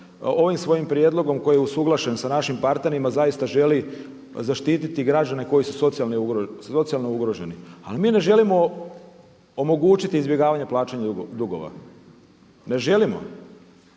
ovim svojim prijedlogom koji je usuglašen sa našim partnerima zaista želi zaštititi građane koji su socijalno ugroženi. Ali mi ne želimo omogućiti izbjegavanje plaćanja dugova, ne želimo